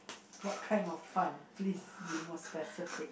what kind of fun please be more specific